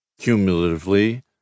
Cumulatively